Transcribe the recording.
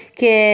che